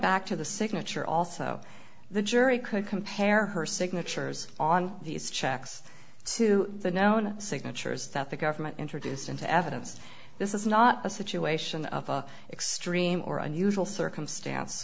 back to the signature also the jury could compare her signatures on these checks to the known signatures that the government introduced into evidence this is not a situation of extreme or unusual circumstance